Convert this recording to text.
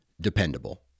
dependable